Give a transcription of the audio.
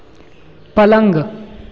पलंग